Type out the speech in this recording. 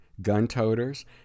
gun-toters